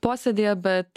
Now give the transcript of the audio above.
posėdyje bet